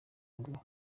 ngo